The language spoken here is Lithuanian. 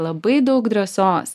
labai daug drąsos